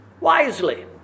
wisely